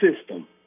system